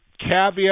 Caveat